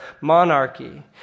monarchy